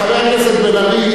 חבר הכנסת בן-ארי,